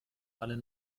alle